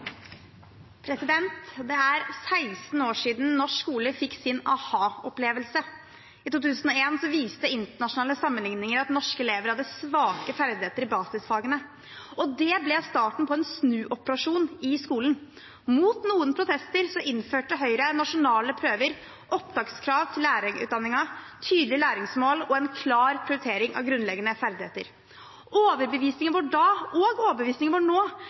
16 år siden norsk skole fikk sin aha-opplevelse. I 2001 viste internasjonale sammenligninger at norske elever hadde svake ferdigheter i basisfagene. Det ble starten på en snuoperasjon i skolen. Mot noen protester innførte Høyre nasjonale prøver, opptakskrav til lærerutdanningen, tydelige læringsmål og en klar prioritering av grunnleggende ferdigheter. Overbevisningen vår da – og overbevisningen vår nå